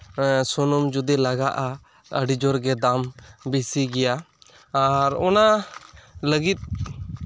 ᱥᱩᱱᱩᱢ ᱡᱚᱫᱤ ᱞᱟᱜᱟᱜᱼᱟ ᱟᱹᱰᱤ ᱡᱳᱨ ᱜᱮ ᱫᱟᱢ ᱵᱮᱥᱤ ᱜᱮᱭᱟ ᱟᱨ ᱚᱱᱟ ᱞᱟᱹᱜᱤᱫ